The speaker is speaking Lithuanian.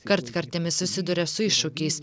kartkartėmis susiduria su iššūkiais